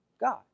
God